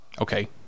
Okay